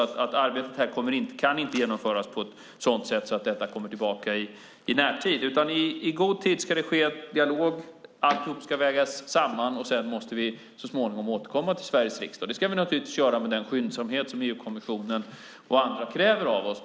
Det här arbetet kan inte genomföras så att det kommer tillbaka i närtid, utan i god tid ska det ske en dialog. Alltihop ska vägas samman. Så småningom måste vi sedan återkomma till Sveriges riksdag. Det ska vi självfallet göra med den skyndsamhet som EU-kommissionen och andra kräver av oss.